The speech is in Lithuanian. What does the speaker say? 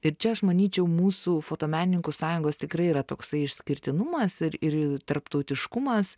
ir čia aš manyčiau mūsų fotomenininkų sąjungos tikrai yra toksai išskirtinumas ir ir tarptautiškumas